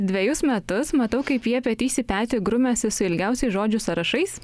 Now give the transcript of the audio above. dvejus metus matau kaip jie petys į petį grumiasi su ilgiausiais žodžių sąrašais